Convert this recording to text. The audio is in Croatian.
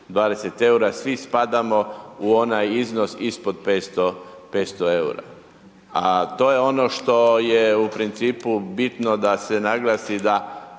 20 EUR-a, svi spadamo u onaj iznos ispod 500, 500 EUR-a. A to je ono što je u principu bitno da se naglasi da